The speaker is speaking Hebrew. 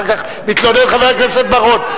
אחר כך חבר הכנסת בר-און מתלונן.